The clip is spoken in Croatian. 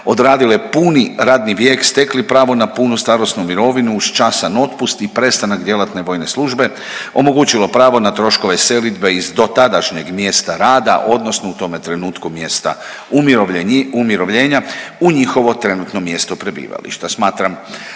odradile puni radni vijek, stekli pravo na punu starosnu mirovinu uz častan otpust i prestanak djelatne vojne službe, omogućilo pravo na troškove selidbe iz dotadašnjem mjesta rada odnosno u tome trenutku mjesta umirovljenja u njihovo trenutno mjesto prebivališta.